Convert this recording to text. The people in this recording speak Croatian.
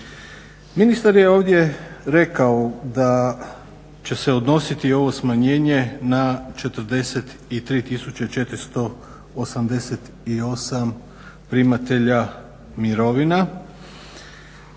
Ministar je ovdje rekao da će se odnositi ovo smanjenje na 43 488 primatelja mirovina